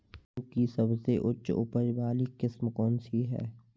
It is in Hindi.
गेहूँ की सबसे उच्च उपज बाली किस्म कौनसी है?